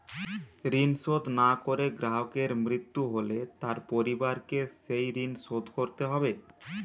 ঋণ শোধ না করে গ্রাহকের মৃত্যু হলে তার পরিবারকে সেই ঋণ শোধ করতে হবে?